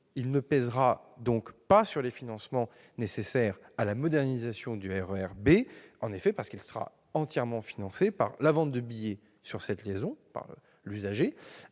Il ne pèsera donc pas sur les financements nécessaires à la modernisation du RER B, puisqu'il sera entièrement financé par la vente de billets sur cette liaison, donc par l'usager,